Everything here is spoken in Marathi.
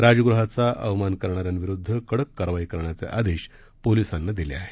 राजगृहाचा अवमान करणाऱ्यांविरुद्ध कडक कारवाई करण्याचे आदेश पोलिसांना दिले आहेत